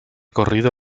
corrido